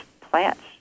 plants